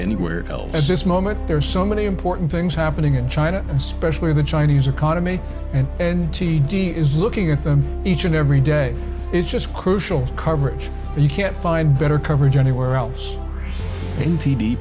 anywhere else at this moment there are so many important things happening in china especially the chinese economy and and t d is looking at them each and every day is just crucial coverage and you can't find better coverage anywhere else